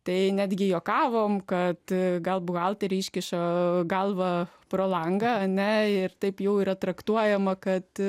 tai netgi juokavome kad gal buhalterė iškiša galvą pro langą ne ir taip jau yra traktuojama kad